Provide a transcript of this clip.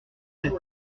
sept